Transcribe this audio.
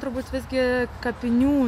turbūt visgi kapinių